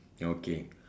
okay